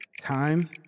Time